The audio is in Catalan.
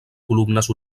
columnes